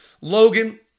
Logan